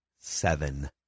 Seven